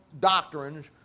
doctrines